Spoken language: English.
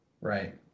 right